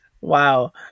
wow